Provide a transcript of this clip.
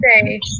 say